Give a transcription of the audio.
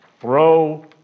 throw